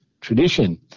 tradition